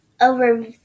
over